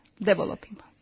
developing